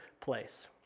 place